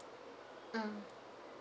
mm